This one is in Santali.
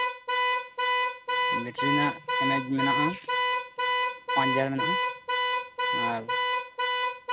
ᱵᱮᱴᱨᱤ ᱨᱮᱱᱟᱜ ᱮᱢ ᱮᱭᱤᱪ ᱢᱮᱱᱟᱜᱼᱟ ᱯᱟᱸᱪ ᱦᱟᱡᱟᱨ ᱢᱮᱱᱟᱜᱼᱟ ᱟᱨ